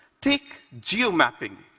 take geomapping.